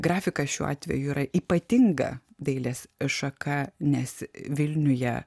grafika šiuo atveju yra ypatinga dailės šaka nes vilniuje